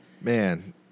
Man